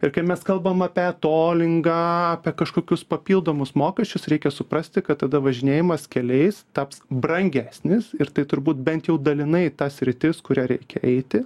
ir kai mes kalbam apie tolingą apie kažkokius papildomus mokesčius reikia suprasti kad tada važinėjimas keliais taps brangesnis ir tai turbūt bent jau dalinai ta sritis kuria reikia eiti